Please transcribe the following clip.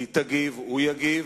היא תגיב, הוא יגיב.